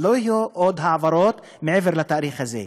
לא יהיו עוד העברות לאחר התאריך הזה.